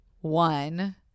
one